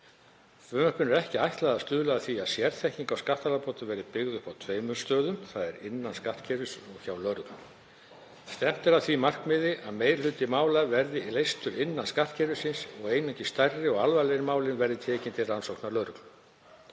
Frumvarpinu er ekki ætlað að stuðla að því að sérþekking á skattalagabrotum verði byggð upp á tveimur stöðum, þ.e. innan skattkerfisins og hjá lögreglu. Stefnt er að því markmiði að meiri hluti mála verði leystur innan skattkerfisins og einungis stærri og alvarlegri málin verði tekin til rannsóknar lögreglu